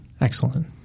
Excellent